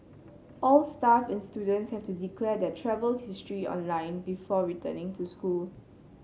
all staff and students have to declare their travel history online before returning to school